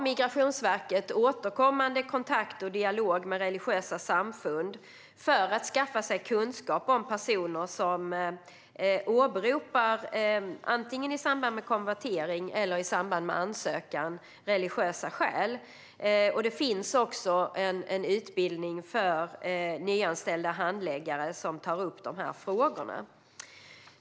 Migrationsverket har återkommande kontakt och dialog med religiösa samfund för att skaffa sig kunskap om personer som åberopar - antingen i samband med konvertering eller i samband med ansökan - religiösa skäl. Det finns också en utbildning för nyanställda handläggare som tar upp de frågorna.